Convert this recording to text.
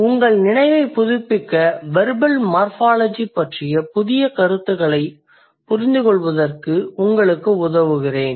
உங்கள் நினைவைப் புதுப்பிக்க வெர்பல் மார்ஃபாலாஜி பற்றிய புதிய கருத்துகளைப் புரிந்துகொள்ள உங்களுக்கு உதவுகிறேன்